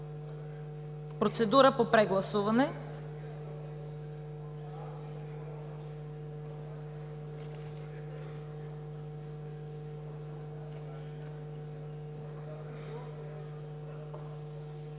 процедура по прегласуване.